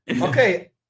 Okay